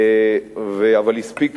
אבל הספיק